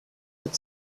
with